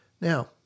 Now